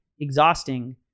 exhausting